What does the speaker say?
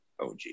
OG